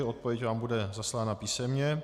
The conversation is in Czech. Odpověď vám bude zaslána písemně.